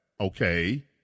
Okay